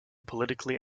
politically